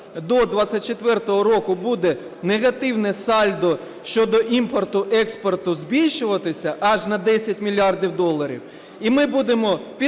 до 24-го року буде негативне сальдо щодо імпорту-експорту збільшуватись аж на 10 мільярдів доларів,